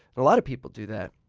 a lot of people do that.